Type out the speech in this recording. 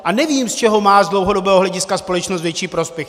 A nevím, z čeho má z dlouhodobého hlediska společnost větší prospěch.